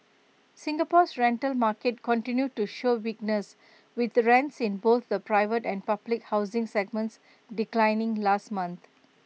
Singapore's rental market continued to show weakness with rents in both the private and public housing segments declining last month